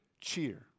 cheer